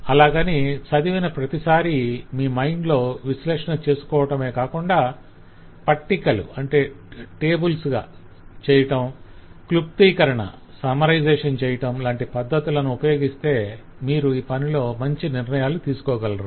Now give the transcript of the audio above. అలాగని చదివిన ప్రతిసారి మీ మైండ్ లో విశ్లేషణ చేసుకోటమేకాకుండా పట్టికలుగా చేయటం క్లుప్తీకరణ చేయటం లాంటి పద్ధతులను ఉపయోగిస్తే మీరు ఈ పనిలో మంచి నిర్ణయాలు తీసుకొగలరు